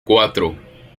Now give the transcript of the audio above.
cuatro